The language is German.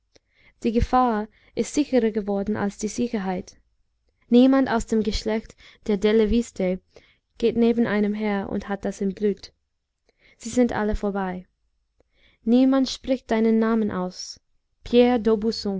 die gefahr ist sicherer geworden als die sicherheit niemand aus dem geschlecht der delle viste geht neben einem her und hat das im blut sie sind alle vorbei niemand spricht deinen namen aus